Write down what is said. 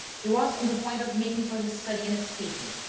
he was on the point of making for his study and escaping.